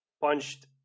punched –